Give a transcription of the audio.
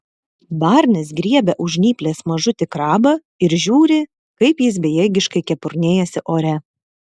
barnis griebia už žnyplės mažutį krabą ir žiūri kaip jis bejėgiškai kepurnėjasi ore